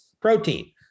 protein